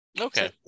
Okay